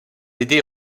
été